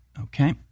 Okay